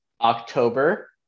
October